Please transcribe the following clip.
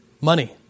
Money